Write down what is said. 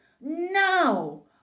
No